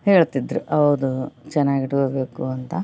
ಹೇಳ್ತಿದ್ರು ಹೌದು ಚೆನ್ನಾಗಿಟ್ಕೊಳ್ಬೇಕು ಅಂತ